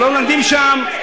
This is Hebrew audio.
אבל אתם עשיתם את זה.